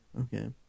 Okay